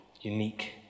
unique